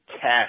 cash